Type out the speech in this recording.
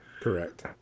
Correct